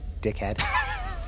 dickhead